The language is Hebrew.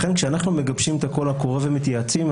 לכן כשאנחנו מגבשים את הקול קורא ומתייעצים,